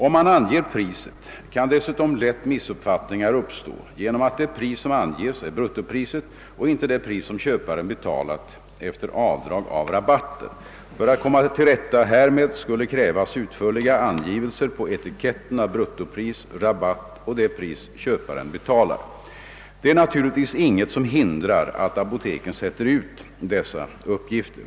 Om man anger priset kan dessutom lätt missuppfattningar uppstå genom att det pris som anges är bruttopriset och inte det pris som köparen betalat efter avdrag av rabatten. För att komma till rätta härmed skulle krävas utförliga angivelser på etiketten av bruttopris, rabatt och det pris köparen betalar. Det är naturligtvis inget som hindrar att apoteken sätter ut dessa uppgifter.